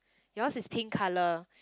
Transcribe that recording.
yours in pink colour